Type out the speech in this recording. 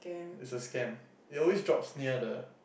it's a scam it always drops near the